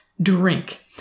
drink